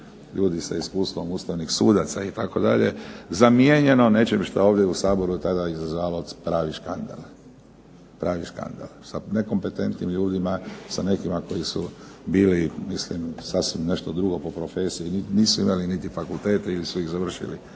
ljudi sa iskustvom ustavnih sudaca itd., zamijenjeno nečim što je ovdje u Saboru tada izazvalo pravi škandal – sa nekompetentnim ljudima, sa nekima koji su bili mislim sasvim nešto drugo po profesiji. Nisu imali niti fakultete ili su ih završili